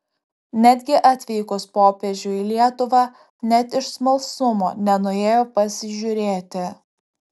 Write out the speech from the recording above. netgi atvykus popiežiui į lietuvą net iš smalsumo nenuėjo pasižiūrėti